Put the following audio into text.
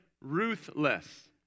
ruthless